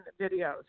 videos